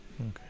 Okay